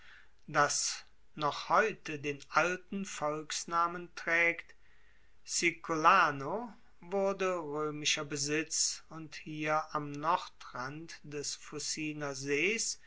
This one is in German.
das noch heute den alten volksnamen traegt cicolano wurde roemischer besitz und hier am nordrand des fuciner sees